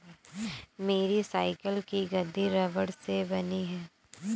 मेरी साइकिल की गद्दी रबड़ से बनी है